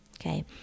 Okay